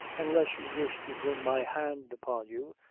unless you wish to bring my hand upon you,